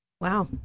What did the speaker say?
Wow